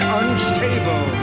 unstable